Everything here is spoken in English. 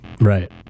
right